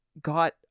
got